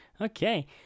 Okay